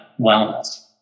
wellness